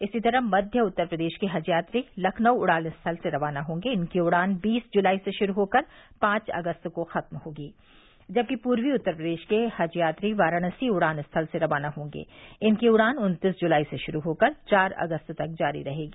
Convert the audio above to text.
इसी तरह मध्य उत्तर प्रदेश के हज यात्री लखनऊ उड़ान स्थल से रवाना होंगे इनकी उड़ान बीस जुलाई से गुरू होकर पांच अगस्त को खत्म होगी जबकि पूर्वी उत्तर प्रदेश के हज यात्री वाराणसी उड़ान स्थल से रवाना होंगे इनकी उड़ान उन्तीस जुलाई से शुरू होकर चार अगस्त तक जारी रहेगी